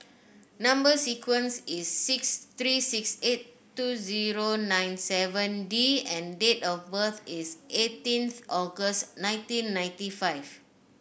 number sequence is S three six eight two zero nine seven D and date of birth is eighteenth August nineteen ninety five